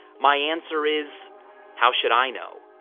my answer is how should i know?